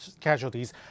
casualties